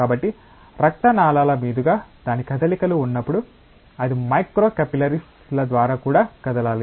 కాబట్టి రక్త నాళాల మీదుగా దాని కదలికలు ఉన్నప్పుడు అది మైక్రో కపిల్లరీస్ ల ద్వారా కూడా కదలాలి